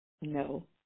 No